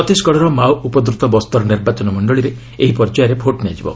ଛତିଶଗଡ଼ର ମାଓ ଉପଦ୍ରତ ବସ୍ତର ନିର୍ବାଚନ ମଣ୍ଡଳୀରେ ଏହି ପର୍ଯ୍ୟାୟରେ ଭୋଟ୍ ନିଆଯିବ